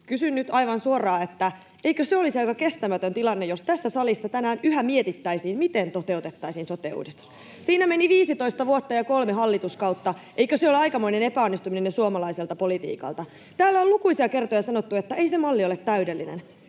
Kysyn nyt aivan suoraan, eikö se olisi aika kestämätön tilanne, jos tässä salissa tänään yhä mietittäisiin, miten toteutettaisiin sote-uudistus. Siinä meni 15 vuotta ja kolme hallituskautta. [Krista Kiuru: Siinä vasta rahaa paljon paloi!] Eikö se ole aikamoinen epäonnistuminen suomalaiselta politiikalta? Täällä on lukuisia kertoja sanottu, että ei se malli ole täydellinen.